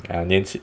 ya 年